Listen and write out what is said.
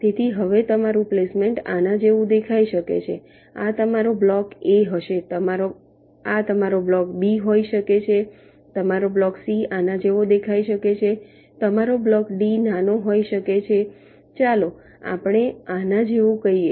તેથી હવે તમારું પ્લેસમેન્ટ આના જેવું દેખાઈ શકે છે આ તમારો બ્લોક A હશે આ તમારો બ્લોક B હોઈ શકે છે તમારો બ્લોક C આના જેવો દેખાઈ શકે છે તમારો બ્લોક D નાનો હોઈ શકે છે ચાલો આપણે આના જેવું કહીએ